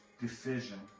decision